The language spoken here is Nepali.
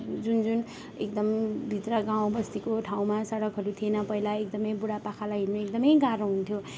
जुन जुन एकदम भित्र गाउँ बस्तीको ठाउँमा सडकहरू थिएन पहिला एकदमै बुढापाखालाई हिँड्नु एकदमै गाह्रो हुन्थ्यो